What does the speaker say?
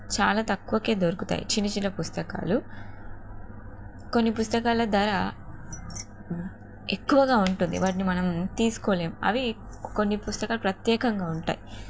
చాలా తక్కువకే దొరుకుతాయి చిన్న చిన్న పుస్తకాలు కొన్ని పుస్తకాల ధర ఎక్కువగా ఉంటుంది వాటిని మనం తీసుకోలేం అవి కొన్ని పుస్తకాలు ప్రత్యేకంగా ఉంటాయి